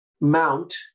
mount